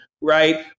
right